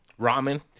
Ramen